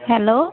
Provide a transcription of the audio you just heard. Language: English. hello